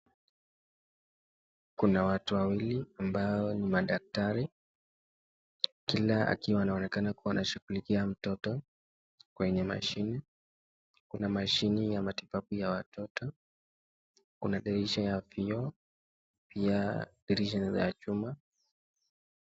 Kuna watu wawili ambao ni madaktari kila akiwa anaonekana kuwa anashukulikia mtoto kwenye mashini, kuna mashini ya matibabu ya watoto, kuna dirisha ya vioo pia dirisha ni za chuma.